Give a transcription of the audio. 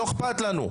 לא אכפת לנו".